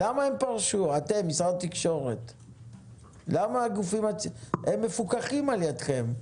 אתם, משרד התקשורת, הם מפוקחים על ידכם.